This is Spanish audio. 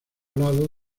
grado